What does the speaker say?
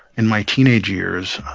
in my teenage years,